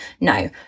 No